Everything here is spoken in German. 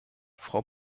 frau